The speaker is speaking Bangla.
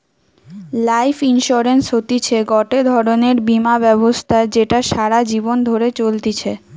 লাইফ ইন্সুরেন্স হতিছে গটে ধরণের বীমা ব্যবস্থা যেটা সারা জীবন ধরে চলতিছে